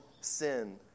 sin